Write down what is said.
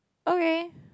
okay